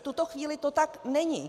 V tuto chvíli to tak není.